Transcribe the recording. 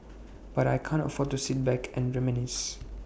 but I can't afford to sit back and reminisce